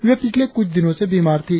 वे पिछले कुछ दिनों से बीमार थी